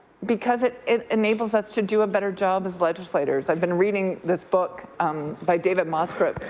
because it it enables us to do a better job as legislators. i've been reading this book um by david mosqueorit,